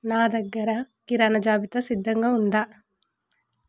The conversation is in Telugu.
నా దగ్గర కిరాణా జాబితా సిద్ధంగా ఉందా